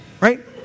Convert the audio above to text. Right